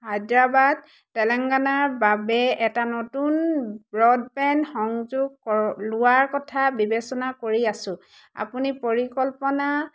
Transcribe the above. হায়দৰাবাদ তেলেংগানা বাবে এটা নতুন ব্ৰডবেণ্ড সংযোগ ক লোৱাৰ কথা বিবেচনা কৰি আছোঁ আপুনি পৰিকল্পনা